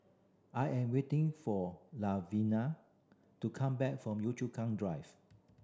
I am waiting for Lavinia to come back from Yio Chu Kang Drive